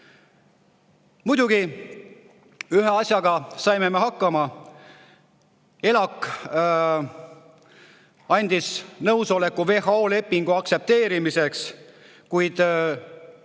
Muidugi ühe asjaga saime me hakkama. ELAK andis nõusoleku WHO lepingu aktsepteerimiseks, kuid